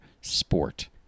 sport